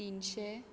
तिनशें